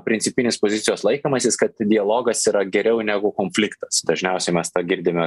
principinis pozicijos laikymasis kad dialogas yra geriau negu konfliktas dažniausiai mes tą girdime